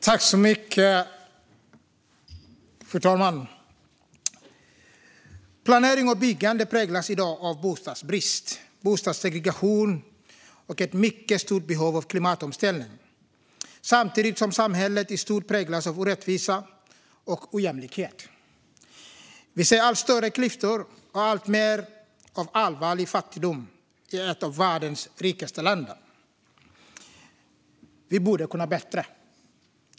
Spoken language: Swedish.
Fru talman! Planering och byggande präglas i dag av bostadsbrist, bostadssegregation och ett mycket stort behov av klimatomställning, samtidigt som samhället i stort präglas av orättvisa och ojämlikhet. Vi ser allt större klyftor och alltmer av allvarlig fattigdom i ett av världens rikaste länder. Vi borde kunna bättre.